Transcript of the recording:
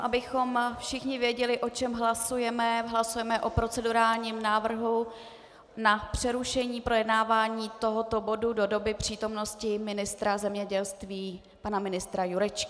Abychom všichni věděli, o čem hlasujeme, hlasujeme o procedurálním návrhu na přerušení projednávání tohoto bodu do doby přítomnosti ministra zemědělství Jurečky.